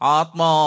atma